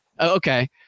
Okay